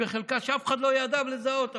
בחלקה שאף אחד לא ידע לזהות אפילו.